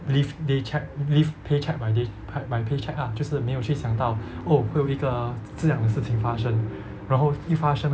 live day check live pay check by day by by pay check ah 就是没有去想到 oh 会有一个这样的事情发生然后一发生了